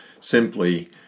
simply